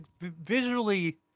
visually